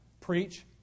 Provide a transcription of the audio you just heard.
preach